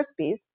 Krispies